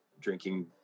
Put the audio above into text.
drinking